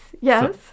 yes